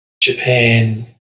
Japan